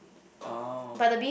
oh